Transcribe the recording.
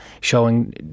showing